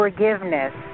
Forgiveness